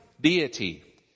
deity